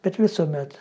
bet visuomet